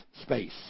space